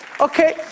Okay